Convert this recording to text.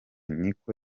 niko